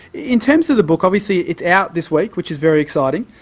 in terms of the book, obviously it's out this week, which is very exciting,